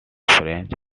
french